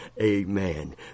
amen